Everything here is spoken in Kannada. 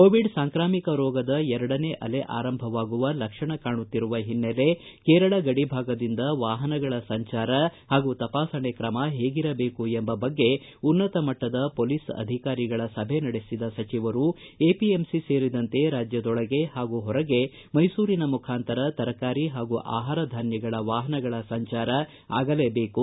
ಕೋವಿಡ್ ಸಾಂಕ್ರಾಮಿಕ ರೋಗದ ಎರಡನೇ ಅಲೆ ಆರಂಭವಾಗುವ ಲಕ್ಷಣ ಕಾಣುತ್ತಿರುವ ಓನ್ನೆಲೆಯಲ್ಲಿ ಕೇರಳ ಗಡಿ ಭಾಗದಿಂದ ವಾಪನಗಳ ಸಂಜಾರ ಹಾಗೂ ತಪಾಸಣೆ ಕ್ರಮ ಹೇಗಿರಬೇಕು ಎಂಬ ಬಗ್ಗೆ ಉನ್ನತಮಟ್ಟದ ಪೊಲೀಸ್ ಅಧಿಕಾರಿಗಳ ಸಭೆ ನಡೆಸಿದ ಸಚಿವರು ಎಪಿಎಂಸಿ ಸೇರಿದಂತೆ ರಾಜ್ಯದೊಳಗೆ ಹಾಗೂ ಹೊರಗೆ ಮೈಸೂರಿನ ಮುಖಾಂತರ ತರಕಾರಿ ಹಾಗೂ ಆಹಾರ ಧಾನ್ಯಗಳ ವಾಹನಗಳ ಸಂಜಾರ ಆಗಲೇಬೇಕು